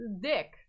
Dick